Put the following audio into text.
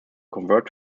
convert